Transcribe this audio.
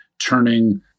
turning